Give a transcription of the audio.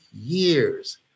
years